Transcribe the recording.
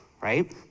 right